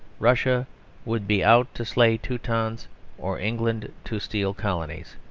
russia would be out to slay teutons or england to steal colonies.